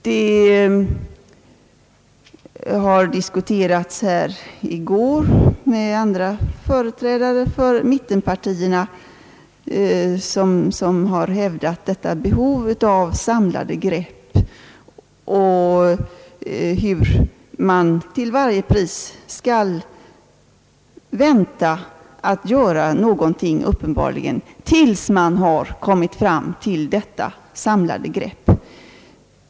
Denna fråga har diskuterats här i går med andra företrädare för mittenpartierna, som hävdat behovet av samlade grepp och att man uppenbarligen till varje pris skall vänta att göra något tills man kommit fram till detta samlade grepp.